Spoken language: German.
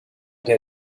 der